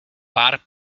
pár